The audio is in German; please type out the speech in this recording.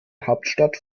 hauptstadt